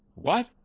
what?